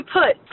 put